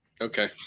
Okay